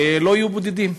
לא יהיו בודדים.